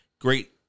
great